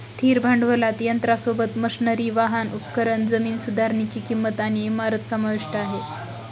स्थिर भांडवलात यंत्रासोबत, मशनरी, वाहन, उपकरण, जमीन सुधारनीची किंमत आणि इमारत समाविष्ट आहे